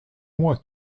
moi